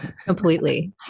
completely